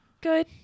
Good